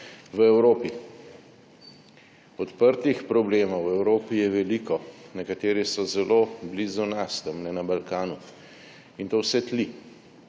v Evropi. Odprtih problemov v Evropi je veliko, nekateri so zelo blizu nas, tamle na Balkanu. In to vse tli,